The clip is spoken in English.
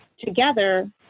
together